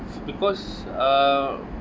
because err